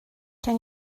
can